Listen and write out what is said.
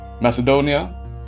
Macedonia